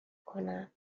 کنم